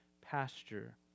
pasture